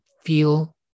feel